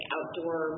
Outdoor